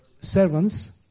servants